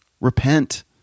Repent